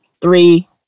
three